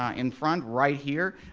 ah in front, right here,